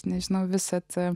nežinau visad